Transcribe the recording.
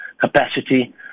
capacity